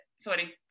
sorry